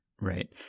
Right